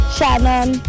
Shannon